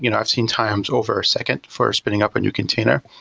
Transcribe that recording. you know i've seen times over a second for spinning up a new container.